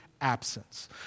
absence